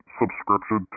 subscription